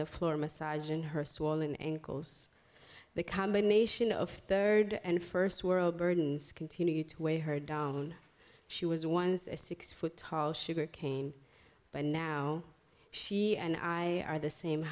the floor massaging her swollen ankles the combination of third and first world burdens continue to weigh her down she was once a six foot tall sugar cane by now she and i are the same